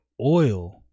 oil